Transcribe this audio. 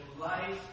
life